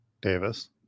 Davis